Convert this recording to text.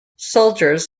soldiers